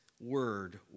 word